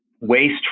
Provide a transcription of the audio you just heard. Waste